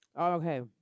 Okay